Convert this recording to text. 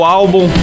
álbum